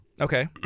Okay